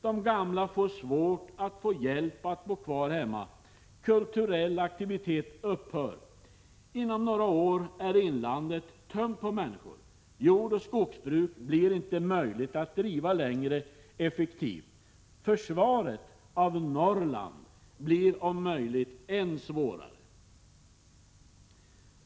De gamla får svårt med hjälp att bo kvar hemma. Kulturell aktivitet upphör. Inom några år är inlandet tömt på människor. Jordoch skogsbruk blir inte möjligt att driva effektivt längre. Försvaret av Norrland blir om möjligt svårare.